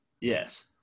Yes